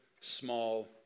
small